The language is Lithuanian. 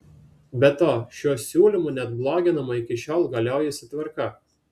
be to šiuo siūlymu net bloginama iki šiol galiojusi tvarka